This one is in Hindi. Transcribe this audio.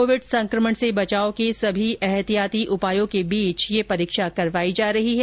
कोविड संकमण से बचाव के सभी ऐहतियाती उपायों के बीच ये परीक्षा करवाई जा रही है